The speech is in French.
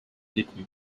détenus